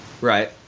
Right